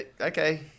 Okay